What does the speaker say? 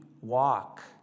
walk